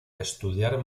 estudiar